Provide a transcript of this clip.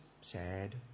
sad